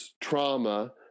trauma